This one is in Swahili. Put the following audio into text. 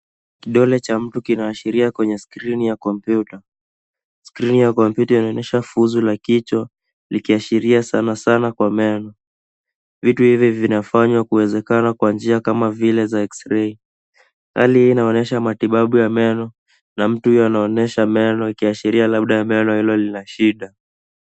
Kidole cha mtu kinaashiria kwenye skrini ya kompyuta. Skrini ya kompyuta inaonyesha fuzu la kichwa likiashiria sanasana kwa meno vitu hivi vinafanywa kuwezekana kwa njia kama vile za x-ray . Hali hii inaonyesha matibabu ya meno na mtu huyo anaonyesha meno ikiashiria labda meno ambalo lina shida.